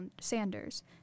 Sanders